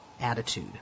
attitude